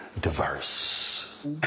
diverse